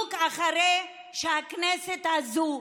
בדיוק אחרי שהכנסת הזאת,